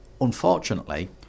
Unfortunately